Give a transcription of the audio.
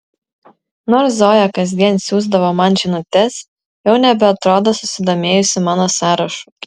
nors zoja kasdien siųsdavo man žinutes jau nebeatrodo susidomėjusi mano sąrašu